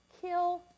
kill